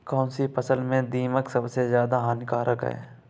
कौनसी फसल में दीमक सबसे ज्यादा हानिकारक है?